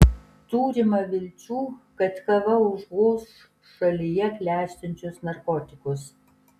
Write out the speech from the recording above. turima vilčių kad kava užgoš šalyje klestinčius narkotikus